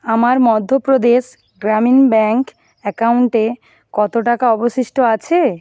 আমার মধ্যপ্রদেশ গ্রামীণ ব্যাংক অ্যাকাউন্টে কত টাকা অবশিষ্ট আছে